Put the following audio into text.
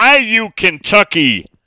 IU-Kentucky